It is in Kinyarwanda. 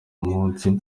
umutsi